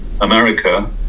America